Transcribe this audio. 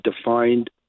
defined